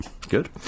Good